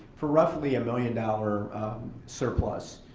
for roughly a million dollar surplus.